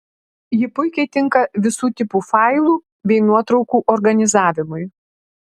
ji puikiai tinka visų tipų failų bei nuotraukų organizavimui